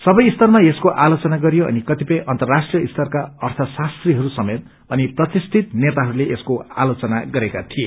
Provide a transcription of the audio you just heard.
सबै स्तरमा यसको आलोचना गरियो अनिकतिपय अर्न्तराष्ट्रिय स्तरका अर्थशास्त्रीहरू समेत अनि प्रतिश्ठित नेताहरूले यसको आलोचना गरेका थिए